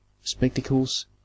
spectacles